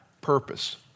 Purpose